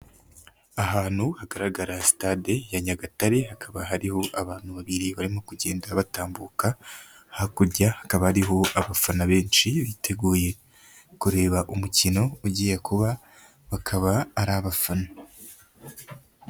Ahantu hagaragara sitade ya Nyagatare, hakaba hariho abantu babiri barimo kugenda batambuka, hakurya hakaba ariho abafana benshi biteguye kureba umukino ugiye kuba, bakaba ari abafana.